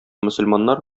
мөселманнар